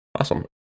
Awesome